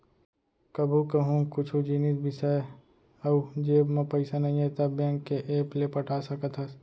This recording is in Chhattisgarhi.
कभू कहूँ कुछु जिनिस बिसाए अउ जेब म पइसा नइये त बेंक के ऐप ले पटा सकत हस